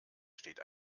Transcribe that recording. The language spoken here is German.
steht